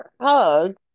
hug